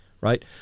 right